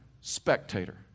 spectator